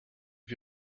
wie